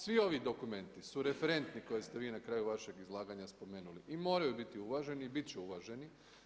Svi ovi dokumenti su referentni koje ste vi na kraju vašeg izlaganja spomenuli i moraju biti uvaženi i bit će uvaženi.